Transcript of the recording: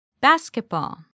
Basketball